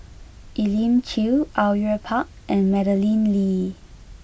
Elim Chew Au Yue Pak and Madeleine Lee